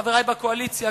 חברי בקואליציה,